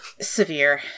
Severe